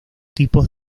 tipos